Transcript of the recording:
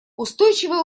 устойчивое